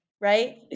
right